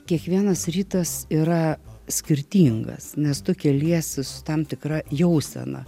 kiekvienas rytas yra skirtingas nes tu keliesi tam tikra jausena